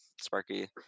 Sparky